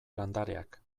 landareak